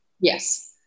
yes